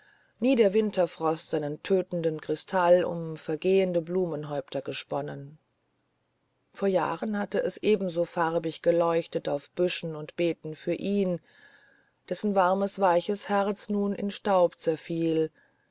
nie der winterfrost seinen tötenden kristall um vergehende blumenhäupter gesponnen vor jahren hatte es ebenso farbig geleuchtet auf büschen und beeten für ihn dessen warmes weiches herz nun in staub zerfiel